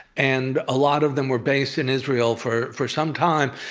and a lot of them were based in israel for for some time.